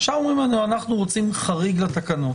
עכשיו אומרים לנו: אנחנו רוצים חריג לתקנות,